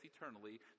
eternally